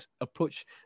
approach